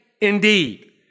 indeed